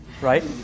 right